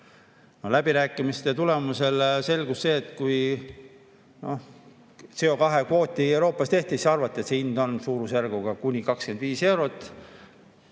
Läbirääkimiste tulemusel selgus, et kui CO2-kvooti Euroopas tehti, siis arvati, et see hind on suurusjärgus kuni 25 eurot.